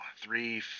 Three